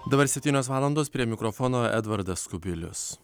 dabar septynios valandos prie mikrofono edvardas kubilius